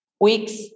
weeks